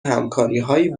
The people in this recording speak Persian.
همکاریهایی